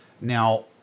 Now